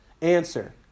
Answer